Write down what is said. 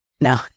No